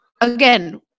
Again